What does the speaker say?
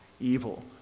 evil